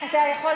יכול